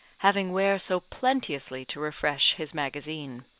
having where so plenteously to refresh his magazine.